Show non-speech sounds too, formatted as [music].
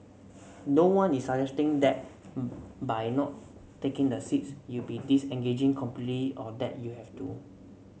no one is suggesting that [hesitation] by not taking the seats you'd be disengaging completely or that you have to